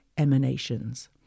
emanations